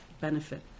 benefit